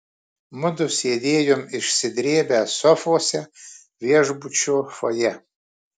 mudu sėdėjom išsidrėbę sofose viešbučio fojė